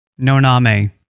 Noname